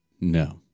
no